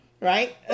right